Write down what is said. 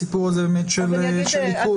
הסיפור של עיכוב,